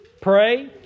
pray